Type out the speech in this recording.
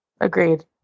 Agreed